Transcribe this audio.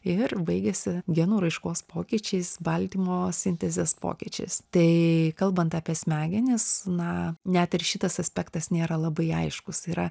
ir baigiasi genų raiškos pokyčiais baltymo sintezės pokyčiais tai kalbant apie smegenis na net ir šitas aspektas nėra labai aiškus yra